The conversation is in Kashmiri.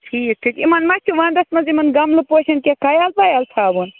ٹھیٖک ٹھیٖک یِمن ما چھِ وَنٛدَس منٛز یِمن گملہٕ پوشَن کیٚنٛہہ خیال ویٚال تھاوُن